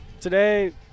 today